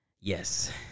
yes